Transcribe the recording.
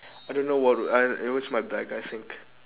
I don't know what I it was in my bag I think